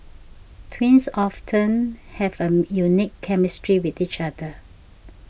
twins often have a unique chemistry with each other